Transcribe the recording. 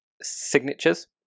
signatures